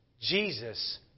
Jesus